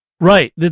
Right